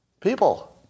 People